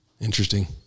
Interesting